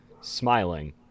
Smiling